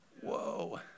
Whoa